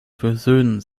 versöhnen